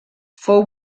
fou